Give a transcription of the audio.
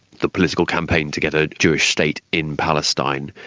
the political campaign to get a jewish state in palestine,